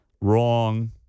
Wrong